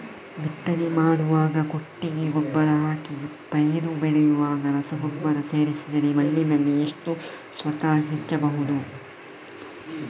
ಬಿತ್ತನೆ ಮಾಡುವಾಗ ಕೊಟ್ಟಿಗೆ ಗೊಬ್ಬರ ಹಾಕಿ ಪೈರು ಬೆಳೆಯುವಾಗ ರಸಗೊಬ್ಬರ ಸೇರಿಸಿದರೆ ಮಣ್ಣಿನಲ್ಲಿ ಎಷ್ಟು ಸತ್ವ ಹೆಚ್ಚಬಹುದು?